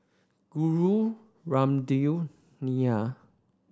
Guru Ramdev Neila